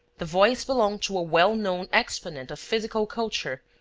the voice belonged to a well-known exponent of physical culture,